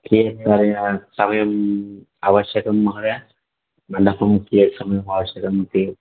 के समयम् आवश्यकं महोदय मण्डपं कियत् समयम् आवश्यकम् इति